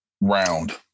round